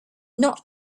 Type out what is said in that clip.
not